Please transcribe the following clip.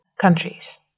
countries